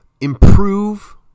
improve